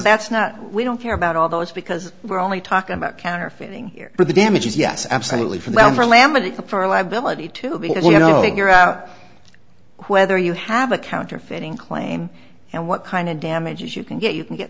that's not we don't care about all those because we're only talking about counterfeiting here for the damages yes absolutely forever laminates for liability to because you know you're out whether you have a counterfeiting claim and what kind of damages you can get you can get